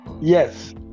Yes